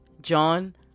John